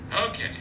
Okay